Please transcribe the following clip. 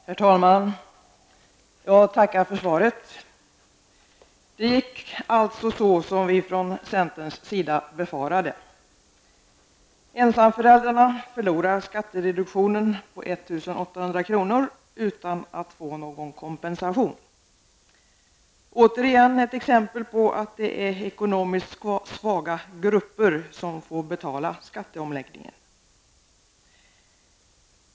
Herr talman! Jag tackar för svaret. Det gick alltså så som vi från centerns sida befarade. 1 800 kr. utan att få någon kompensation. Det är återigen ett exempel på att det är ekonomiskt svaga grupper som får betala skatteomläggningen.